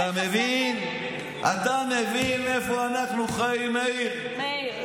אתה מבין, אתה מבין איפה אנחנו חיים, מאיר?